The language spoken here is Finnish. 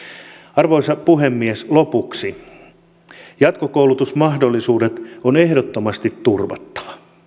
arvoisa puhemies lopuksi jatkokoulutusmahdollisuudet on ehdottomasti turvattava